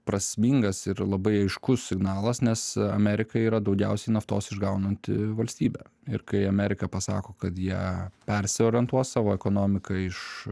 prasmingas ir labai aiškus signalas nes amerika yra daugiausiai naftos išgaunanti valstybė ir kai amerika pasako kad jie persiorientuos savo ekonomiką iš